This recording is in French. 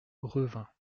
revin